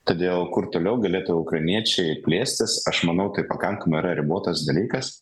todėl kur toliau galėtų ukrainiečiai plėstis aš manau tai pakankamai yra ribotas dalykas